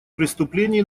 преступления